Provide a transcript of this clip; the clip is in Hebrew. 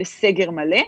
לסגר מלא,